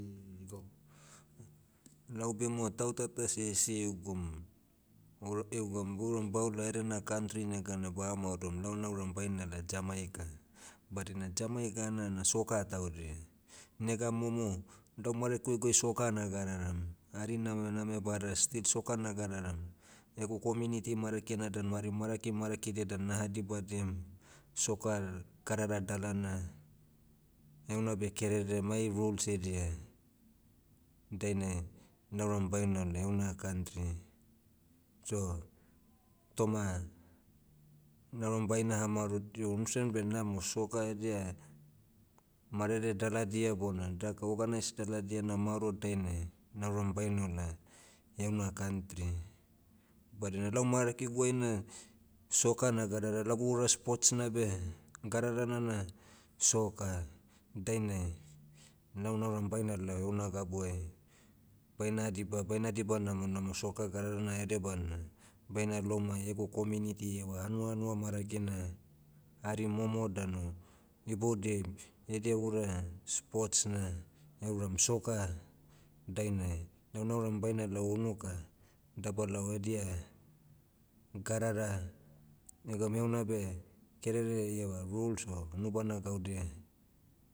Lau bema tauta tase esiaigum, ora- egoum bouram baola edena kantri negana bamaodom lau nauram bainala jamaica. Badina jamaica nana soccer taudia. Nega momo, lau marakuegue soccer nagadaram. Hari nama name bada still soccer nagadaram. Egu community marakina dan mari maraki marakidia dan naha dibadiam, soccer, kadara dalana. Heuna beh kerere mai rulsidia. Dainai, nauram bainala heuna kantri. So- toma, nauram baina hamaorod- io unsen benamo soccer edia, marere daladia bona daka organise daladia na maoro dainai, nauram bainola, heuna kantri. Badina lau marakiguai na, soccer nagadara lagu ura sports nabe, gadarana na, soccer. Dainai, lau nauram bainala heuna gabuai, baina diba- baina diba namonamo soccer gadarana na edebana, baina lou mai egu community eva hanuanua maragina, hari momo danu, iboudiai, edia ura, sports na, euram soccer, dainai, lau nauram bainala unuka, dabalao edia, gadara, egam heuna beh, kerere eiava rules o, unubana gaudia,